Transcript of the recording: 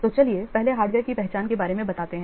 तो चलिए पहले हार्डवेयर की पहचान के बारे में बताते हैं